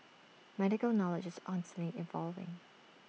medical knowledge is constantly evolving